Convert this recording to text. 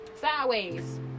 Sideways